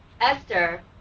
Esther